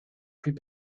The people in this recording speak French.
plus